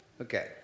Okay